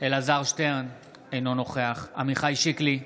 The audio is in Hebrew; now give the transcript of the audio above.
אלעזר שטרן, אינו נוכח עמיחי שיקלי,